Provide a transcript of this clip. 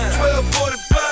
1245